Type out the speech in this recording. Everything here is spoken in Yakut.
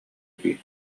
дии